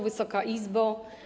Wysoka Izbo!